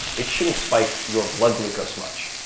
it shouldn't spike your blood glucose much.